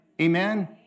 Amen